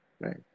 Right